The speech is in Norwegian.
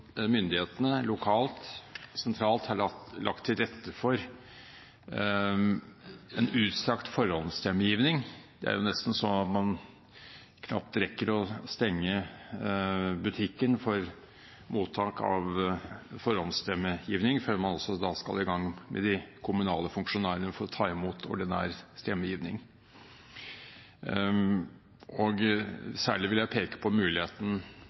myndighetene lokalt og sentralt har lagt til rette for utstrakt forhåndsstemmegivning. Det er nesten sånn at man knapt rekker å stenge butikken for mottak av forhåndsstemmegivning før de kommunale funksjonærene skal i gang med å ta imot ordinær stemmegivning. Særlig vil jeg peke på muligheten